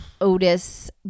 Otis